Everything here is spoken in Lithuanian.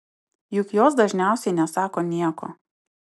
juk jos dažniausiai nesako nieko